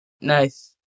Nice